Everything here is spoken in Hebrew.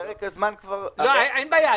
אין בעיה,